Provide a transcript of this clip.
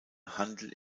handelt